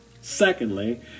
Secondly